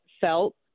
felt